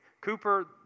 Cooper